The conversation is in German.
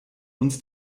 uns